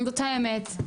זאת האמת.